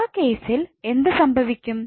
ആ കേസിൽ എന്ത് സംഭവിക്കും